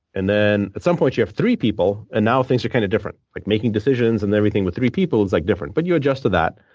and then, at some point, you have three people, and now, things are kind of different. like making decisions and everything with three people is like different. but you adjust to that.